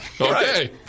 Okay